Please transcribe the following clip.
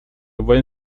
buen